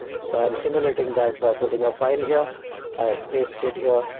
so i'm simulating that by putting a file. here paste it here.